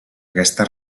aquesta